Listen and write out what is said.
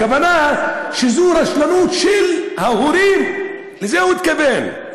הכוונה שזו רשלנות של ההורים, לזה הוא התכוון.